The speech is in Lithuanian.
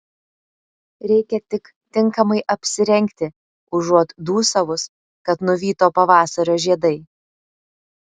reikia tik tinkamai apsirengti užuot dūsavus kad nuvyto pavasario žiedai